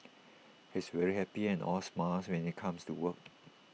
he's very happy and all smiles when he comes to work